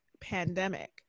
pandemic